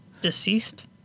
Deceased